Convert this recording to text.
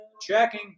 checking